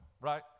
right